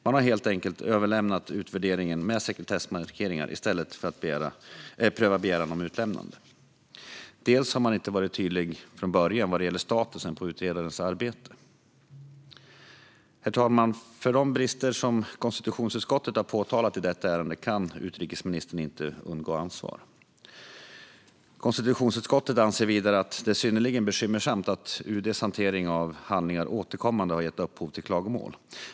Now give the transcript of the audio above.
Man har helt enkelt överlämnat utvärderingen med sekretessmarkering i stället för att pröva begäran om utlämnande. För det tredje har man inte varit tydlig från början vad gäller statusen på utredarens arbete. Herr talman! För de brister som konstitutionsutskottet har påtalat i detta ärende kan utrikesministern inte undgå ansvar. Konstitutionsutskottet anser vidare att det är synnerligen bekymmersamt att UD:s hantering av handlingar återkommande har gett upphov till klagomål.